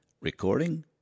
Recording